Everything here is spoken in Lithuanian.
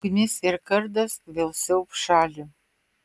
ugnis ir kardas vėl siaubs šalį